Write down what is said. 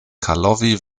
karlovy